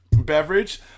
beverage